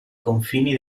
confini